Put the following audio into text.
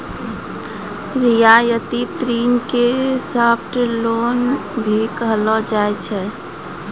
रियायती ऋण के सॉफ्ट लोन भी कहलो जाय छै